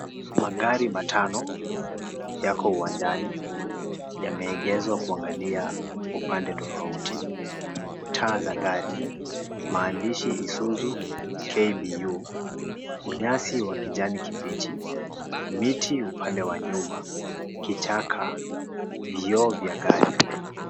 Magari matano yako uwanjani, yamegezwa kuangalia upande tofauti, taa za gari maandishi isuzu KBU. Unyasi wa kijani kibichi, miti upande wa nyuma, kichaka, vioo vya gari.